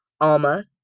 Alma